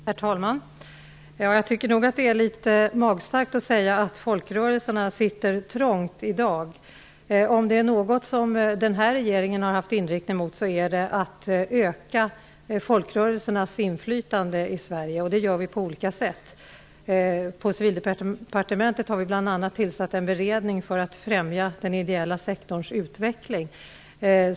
Herr talman! Jag tycker att det är litet magstarkt att säga att folkrörelserna sitter trångt i dag. Om det är något som denna regeringen varit inriktad på är det att öka folkrörelsernas inflytande i Sverige. Det gör vi på olika sätt. På Civildepartementet har vi bl.a. tillsatt en beredning för att främja den ideella sektorns utveckling.